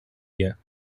year